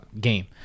game